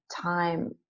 time